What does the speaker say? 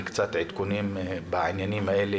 על עדכונים בעניינים האלה,